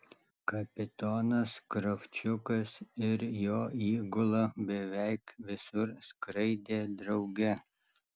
kapitonas kravčiukas ir jo įgula beveik visur skraidė drauge